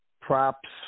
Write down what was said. props